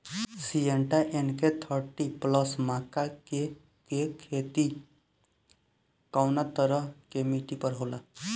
Syngenta NK thirty plus मक्का के के खेती कवना तरह के मिट्टी पर होला?